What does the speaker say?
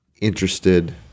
interested